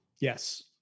Yes